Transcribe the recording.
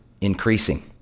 increasing